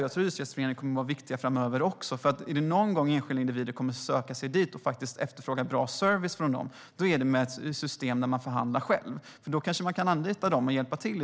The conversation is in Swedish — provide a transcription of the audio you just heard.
Jag tror att de kommer att vara viktiga framöver också. Om det är någon gång enskilda individer kommer att söka sig dit och efterfråga bra service är det med ett system där man förhandlar själv, för då kanske man kan anlita dem för att hjälpa till.